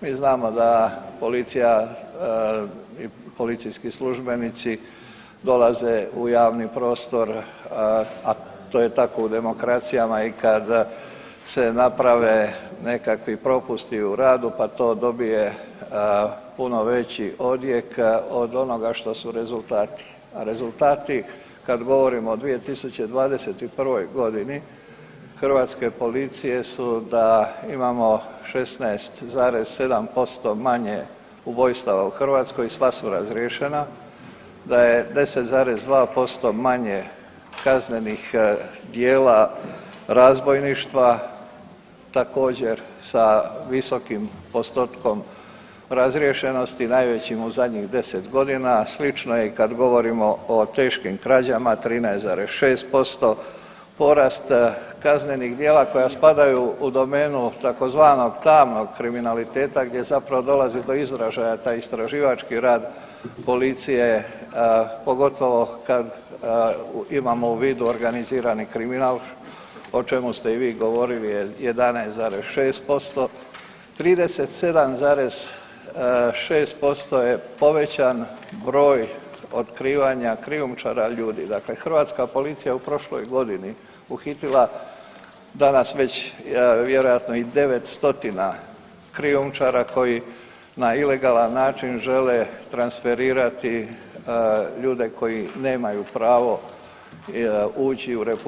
Mi znamo da policija i policijski službenici dolaze u javni prostor, a to je tako u demokracijama, i kada se naprave nekakvi propusti u radu, pa to dobije puno veći odjek od onoga što su rezultati, a rezultati kad govorimo o 2021.g. hrvatske policije su da imamo 16,7% manje ubojstava u Hrvatskoj, sva su razriješena, da je 10,2% manje kaznenih djela razbojništva, također sa visokim postotkom razriješenosti, najvećim u zadnjih 10.g., a slično je i kad govorimo o teškim krađama 13,6%, porast kaznenih djela koja spadaju u domenu tzv. tamnog kriminaliteta gdje zapravo dolazi do izražaja taj istraživački rad policije, pogotovo kad imamo u vidu organizirani kriminal o čemu ste i vi govorili je 11,6%, 37,6% je povećan broj otkrivanja krijumčara ljudi, dakle hrvatska policija je u prošloj godini uhitila danas već vjerojatno i 9 stotina krijumčara koji na ilegalan način žele transferirati ljude koji nemaju pravo ući u RH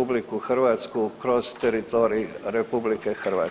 kroz teritorij RH.